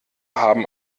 haben